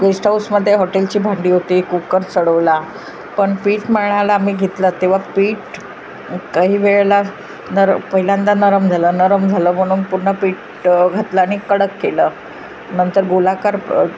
guest हाऊसमध्ये हॉटेलची भांडी होती कुकर चढवला पण पीठ मळायला मी घेतलं तेव्हा पीठ काही वेळेला नर पहिल्यांदा नरम झालं नरम झालं म्हणून पूर्ण पीठ घातलं आणि कडक केलं नंतर गोलाकार